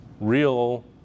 real